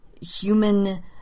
human